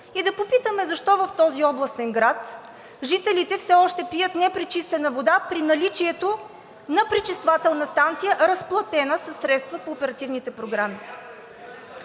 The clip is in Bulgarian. И да попитаме защо в този областен град жителите все още пият непречистена вода при наличието на пречиствателна станция, разплатена със средства по оперативните програми.